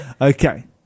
Okay